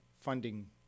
funding